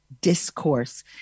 discourse